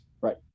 Right